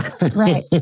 Right